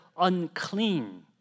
unclean